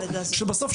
כשבסוף,